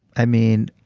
i mean,